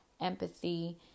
empathy